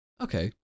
Okay